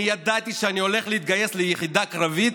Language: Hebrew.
אני ידעתי שאני הולך להתגייס ליחידה קרבית,